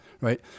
right